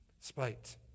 Spite